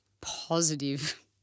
positive